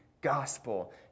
gospel